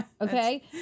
Okay